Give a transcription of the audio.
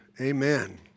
Amen